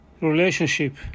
relationship